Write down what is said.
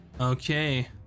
Okay